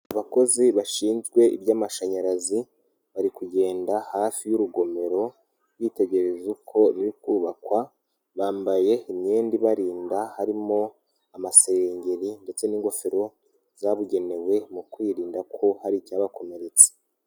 Abakozi bashinzwe iby'amashanyarazi, bari kugenda hafi y'urugomero bitegereza uko ruri kubakwa, bambaye imyenda ibarinda harimo amasengeri ndetse n'ingofero zabugenewe mu kwirinda ko hari icyabakomeretsa.